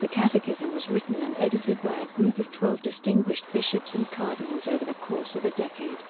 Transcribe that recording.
the catechism was written and edited by a group of twelve distinguished bishops and cardinals over the course of a decade